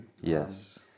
Yes